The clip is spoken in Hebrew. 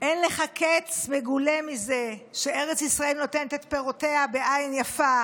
אין לך קץ מגולה מזה שארץ ישראל נותנת את פירותיה בעין יפה.